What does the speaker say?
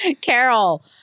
Carol